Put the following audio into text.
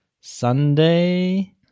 Sunday